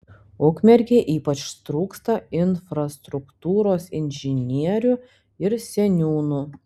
ukmergei ypač trūksta infrastruktūros inžinierių ir seniūnų